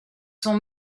sont